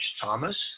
Thomas